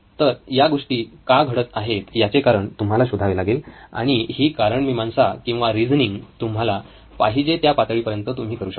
तर या गोष्टी का घडत आहेत याचे कारण तुम्हाला शोधावे लागेल आणि ही कारणमीमांसा किंवा रिझनिंग तुम्हाला पाहिजे त्या पातळीपर्यंत तुम्ही करू शकता